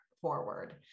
forward